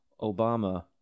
Obama